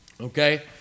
Okay